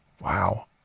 Wow